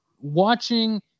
watching